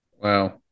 Wow